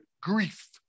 grief